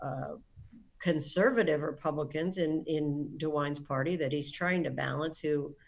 conservative republicans in in dewine's party that he's trying to balance who,